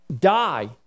die